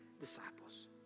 disciples